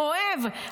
אוהב,